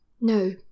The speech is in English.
No